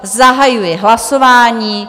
Zahajuji hlasování.